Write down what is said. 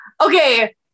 Okay